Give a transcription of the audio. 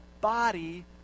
body